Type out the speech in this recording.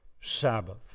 Sabbath